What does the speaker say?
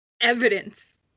evidence